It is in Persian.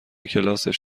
کلاسش